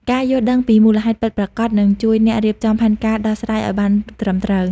ការយល់ដឹងពីមូលហេតុពិតប្រាកដនឹងជួយអ្នករៀបចំផែនការដោះស្រាយឲ្យបានត្រឹមត្រូវ។